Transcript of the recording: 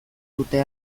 dute